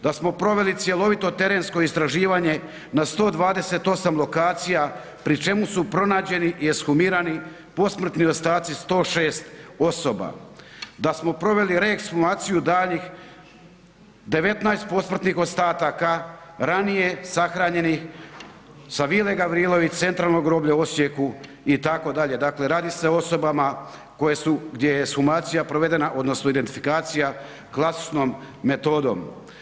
Da smo proveli cjelovito terensko istraživanje na 128 lokacija pri čemu su pronađeni i ekshumirani posmrtni ostaci 106 osoba, da smo proveli reekshumaciju daljnjih 19 posmrtnih ostataka ranije sahranjenih sa Vile Gavrilović, Centralnog groblja u Osijeku itd., dakle radi se o osobama gdje je ekshumacija provedena odnosno identifikacija klasičnom metodom.